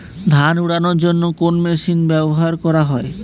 ধান উড়ানোর জন্য কোন মেশিন ব্যবহার করা হয়?